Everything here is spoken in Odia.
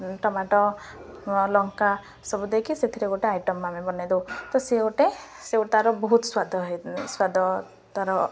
ଟମାଟୋ ଲଙ୍କା ସବୁ ଦେଇକି ସେଥିରେ ଗୋଟେ ଆଇଟମ୍ ଆମେ ବନାଇ ଦଉ ତ ସିଏ ଗୋଟେ ସିଏ ତା'ର ବହୁତ ସ୍ୱାଦ ହେଇ ସ୍ୱାଦ ତା'ର